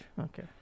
Okay